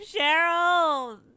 Cheryl